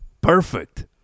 Perfect